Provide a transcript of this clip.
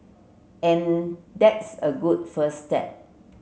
and that's a good first step